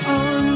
on